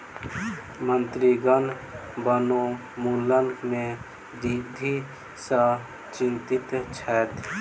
मंत्रीगण वनोन्मूलन में वृद्धि सॅ चिंतित छैथ